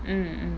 mm mm